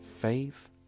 Faith